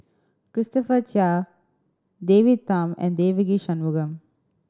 Christopher Chia David Tham and Devagi Sanmugam